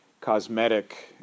cosmetic